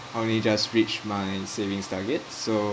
only just reached my savings target so